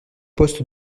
poste